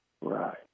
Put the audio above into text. Right